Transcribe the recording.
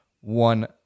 one